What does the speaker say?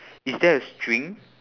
is there a string